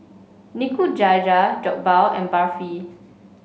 Nikujaga Jokbal and Barfi